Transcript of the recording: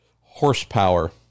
horsepower